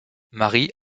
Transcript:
marie